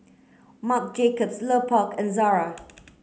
Marc Jacobs Lupark and Zara